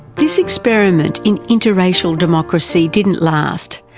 this experiment in inter-racial democracy didn't last,